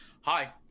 Hi